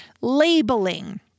Labeling